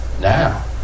Now